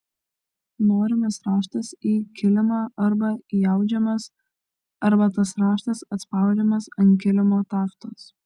norimas raštas į kilimą arba įaudžiamas arba tas raštas atspaudžiamas ant kilimo taftos